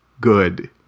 good